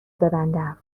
ببندم